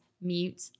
mute